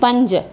पंज